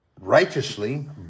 righteously